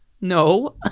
no